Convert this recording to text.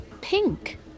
pink